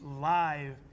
live